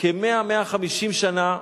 100 150 שנה,